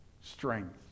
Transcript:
strength